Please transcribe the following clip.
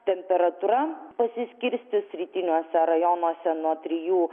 temperatūra pasiskirstys rytiniuose rajonuose nuo trijų